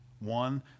One